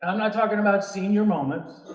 um not talking about senior moments.